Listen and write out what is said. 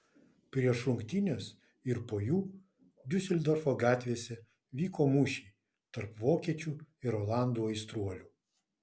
prieš rungtynes ir po jų diuseldorfo gatvėse vyko mūšiai tarp vokiečių ir olandų aistruolių